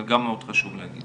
זה גם מאוד חשוב להגיד.